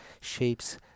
shapes